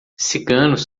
ciganos